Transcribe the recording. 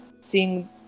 seeing